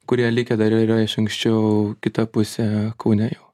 kurie likę dar yra iš anksčiau kita pusė kaune jau